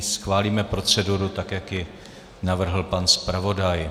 Schválíme proceduru, tak jak ji navrhl pan zpravodaj.